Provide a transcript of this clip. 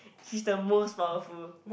he's the most powerful